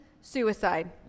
suicide